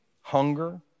hunger